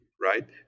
right